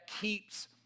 keeps